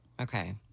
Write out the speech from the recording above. Okay